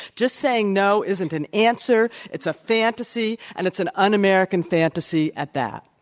just saying no isn't an answer. it's a fantasy, and it's an un-american fantasy at that.